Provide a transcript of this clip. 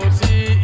see